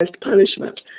punishment